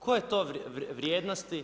Koje to vrijednosti